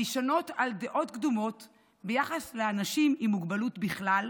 הנשענות על דעות קדומות ביחס לאנשים עם מוגבלות בכלל,